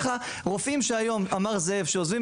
ורופאים שהיום כמו שאמר זאב עוזבים